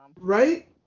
Right